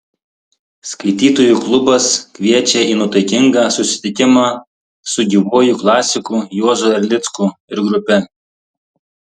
skaitytojų klubas kviečia į nuotaikingą susitikimą su gyvuoju klasiku juozu erlicku ir grupe